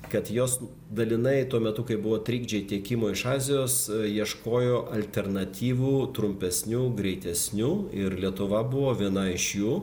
kad jos dalinai tuo metu kai buvo trikdžiai tiekimo iš azijos ieškojo alternatyvų trumpesnių greitesnių ir lietuva buvo viena iš jų